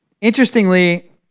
Interestingly